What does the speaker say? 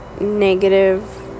negative